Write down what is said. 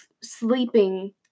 sleeping